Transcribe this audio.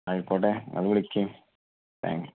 ആയിക്കോട്ടെ അത് വിളിക്ക് താങ്ക്യൂ